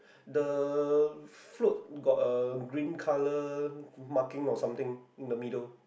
the float got a green colour marking or something in the middle